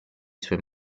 suoi